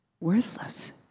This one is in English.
worthless